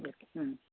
okay